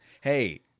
Hey